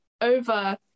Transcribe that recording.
over